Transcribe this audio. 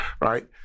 right